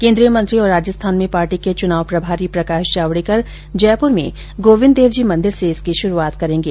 केन्द्रीय मंत्री और राजस्थान में पार्टी के चुनाव प्रभारी प्रकाश जावडेकर जयपुर में गोविन्द देवजी मंदिर से इसकी शुरूआत करेंगे